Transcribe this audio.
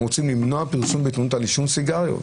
אנחנו רוצים למנוע פרסום על עישון סיגריות,